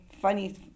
funny